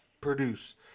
produce